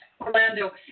Orlando